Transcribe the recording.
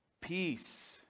peace